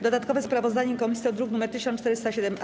Dodatkowe sprawozdanie komisji to druk nr 1407-A.